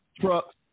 trucks